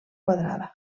quadrada